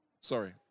Sorry